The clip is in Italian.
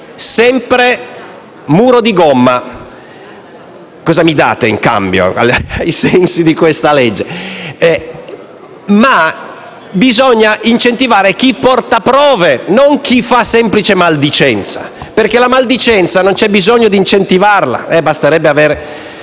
sempre un muro di gomma. Cosa mi date in cambio ai sensi di questa legge? Bisogna incentivare chi porta prove e non chi fa semplice maldicenza, che non c'è bisogno di incentivare. Basterebbe aver